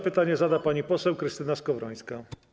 Pytanie zada pani poseł Krystyna Skowrońska.